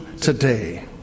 today